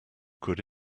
could